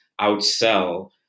outsell